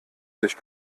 sich